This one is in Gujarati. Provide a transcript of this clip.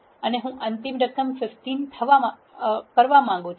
અને હું અંતિમ રકમ 15 થવા માંગું છું